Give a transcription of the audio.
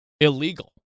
illegal